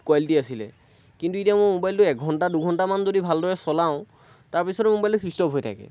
quality আছিলে কিন্তু এতিয়া মোৰ ম'বাইলটো এঘণ্টা দুঘণ্টামান যদি ভালদৰে চলাওঁ তাৰপিছত মোৰ ম'বাইলটো ছুইচ অফ হৈ থাকে